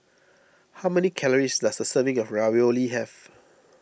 how many calories does a serving of Ravioli have